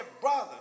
brother